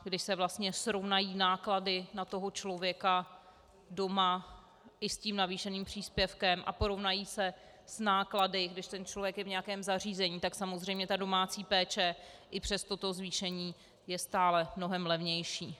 Když se vlastně srovnají náklady na toho člověka doma i s tím navýšeným příspěvkem a porovnají se s náklady, když ten člověk je v nějakém zařízení, tak samozřejmě ta domácí péče i přes toto zvýšení je stále mnohem levnější.